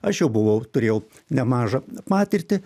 aš jau buvau turėjau nemažą patirtį